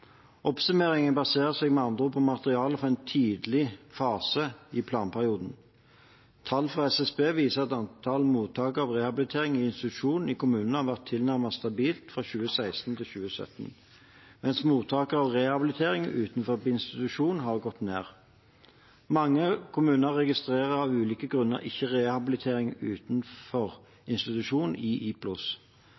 Oppsummeringen baserer seg med andre ord på materiale fra en tidlig fase i planperioden. Tall fra SSB viser at antall mottakere av rehabilitering i institusjon i kommunene har vært tilnærmet stabilt fra 2016 til 2017, mens mottakere av rehabilitering utenfor institusjon har gått ned. Mange kommuner registrerer av ulike grunner ikke rehabilitering utenfor